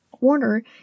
Warner